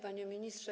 Panie Ministrze!